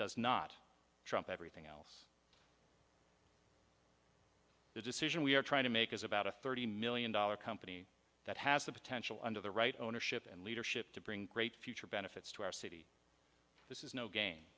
does not trump everything else the decision we are trying to make is about a thirty million dollar company that has the potential under the right ownership and leadership to bring great future benefits to our city this is no game